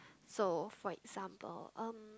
so for example um